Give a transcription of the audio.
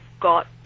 got